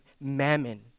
mammon